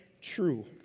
True